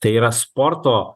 tai yra sporto